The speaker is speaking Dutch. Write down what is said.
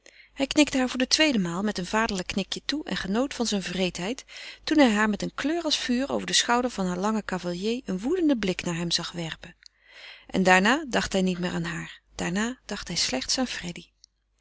hij knikte haar voor de tweede maal met een vaderlijk knikje toe en genoot van zijn wreedheid toen hij haar met een kleur als vuur over den schouder van haren langen cavalier een woedenden blik naar hem zag werpen en daarna dacht hij niet meer aan haar daarna dacht hij slechts aan freddy